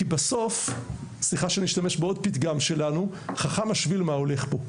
כי בסוף: "חכם השביל מן ההולך בו",